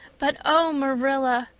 but, oh, marilla,